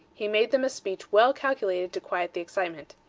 he made them a speech well calculated to quiet the excitement.